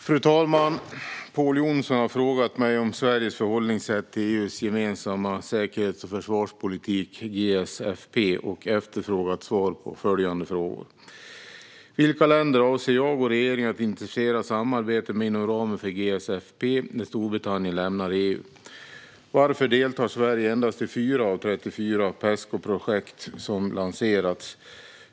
Fru talman! har frågat mig om Sveriges förhållningssätt till EU:s gemensamma säkerhets och försvarspolitik, GSFP, och efterfrågat svar på följande frågor: Vilka länder avser jag och regeringen att intensifiera samarbetet med inom ramen för GSFP när Storbritannien lämnar EU? Varför deltar Sverige endast i 4 av de 34 Pescoprojekt som lanserats?